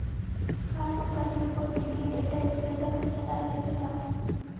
का तु कहियो कोई वित्तीय डेटा विक्रेता के सलाह लेले ह?